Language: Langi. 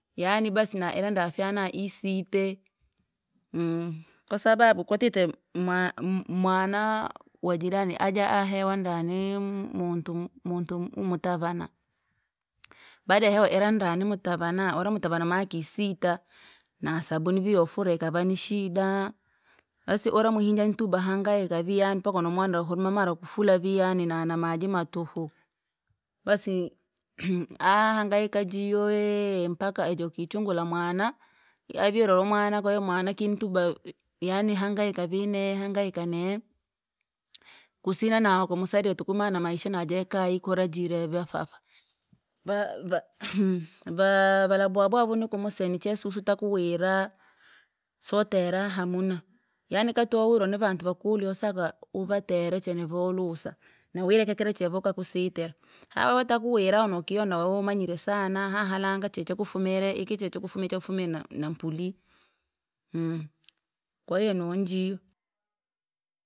Yaani basi na irenda fyana isite, kwasababu kwatite mwa- mhu- mwana wajirani ajaahewa ndani muntu mu- muntu umutavana, bada yahewa irandani mtavana! Ura mtava na akisita, nasabuni vii youfurira yakava nishida. Basi ura muhinja ntuba hangaika vii mpaka wendemonera huruma mara kufula vii yaani na- namaji matuhu, basi ahangaika jiyo wee mpaka ejo kichuguke mwana, aujire aho mwena kwahiyo mwana kintuba yaani hangaika vineye hangaika neye, kusina na wokamsaidira tuku maana maisha naje kayi kura jire vyafafa, va- va- vaa- valabwabwauni nikumse niche susu takuwira, sotera hamuna. Yaani kati wowinu vivantu vakulu wasaka uvatere chenye volusa, na uwire kekele chevoka kusite. Haa wote wakuwilano ukiona ulumanyire sana hahala langa cheche chakufure ikiche chakufu chafumire na- na- mpuli, kwahiyo nunjiyo.